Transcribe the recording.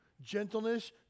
gentleness